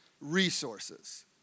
resources